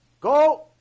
Go